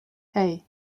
hey